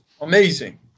Amazing